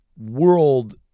world